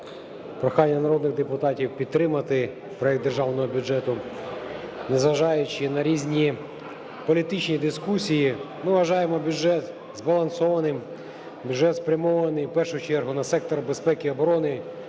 Прохання народних депутатів підтримати проект Державного бюджету. Незважаючи на різні політичні дискусії, ми вважаємо бюджет збалансованим, бюджет спрямований в першу чергу на сектор безпеки і оборони,